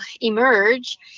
emerge